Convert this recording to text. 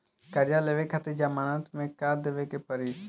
कर्जा लेवे खातिर जमानत मे का देवे के पड़ी?